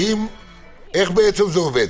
איך זה עובד?